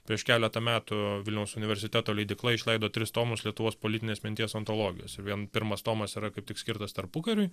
prieš keletą metų vilniaus universiteto leidykla išleido tris tomus lietuvos politinės minties antologijos ir vien pirmas tomas yra kaip tik skirtas tarpukariui